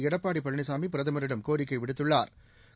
எடப்பாடி பழனிசாமி பிரதமரிடம் கோரிக்கை விடுத்துள்ளாா்